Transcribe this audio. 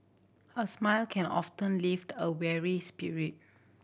a smile can often lift a weary spirit